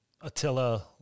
Attila